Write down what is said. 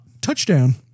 Touchdown